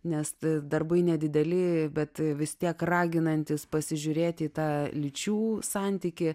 nes darbai nedideli bet vis tiek raginantys pasižiūrėti į tą lyčių santykį